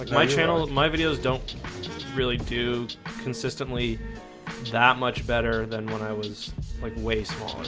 like my channel my videos don't really do consistently that much better than when i was like wasteful